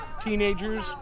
teenagers